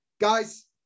guys